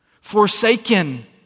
Forsaken